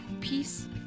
peace